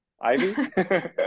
ivy